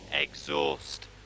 exhaust